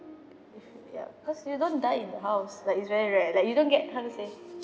ya cause you don't die in the house like it's very rare like you don't get how to say